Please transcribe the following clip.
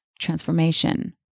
transformation